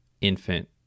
infant